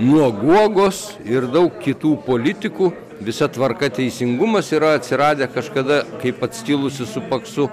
nuo guogos ir daug kitų politikų visa tvarka teisingumas yra atsiradę kažkada kaip atskilusi su paksu